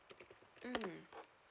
mm